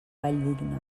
valldigna